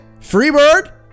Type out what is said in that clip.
Freebird